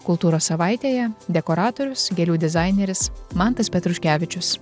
kultūros savaitėje dekoratorius gėlių dizaineris mantas petruškevičius